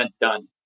done